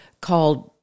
called